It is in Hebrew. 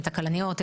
את הכלניות,